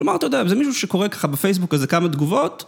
לומר, אתה יודע, זה מישהו שקורא ככה בפייסבוק כמה תגובות?